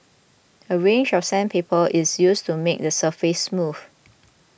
a range of sandpaper is used to make the surface smooth